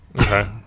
Okay